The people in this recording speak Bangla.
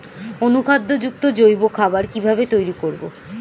অনুখাদ্য যুক্ত জৈব খাবার কিভাবে তৈরি করব?